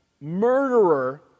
murderer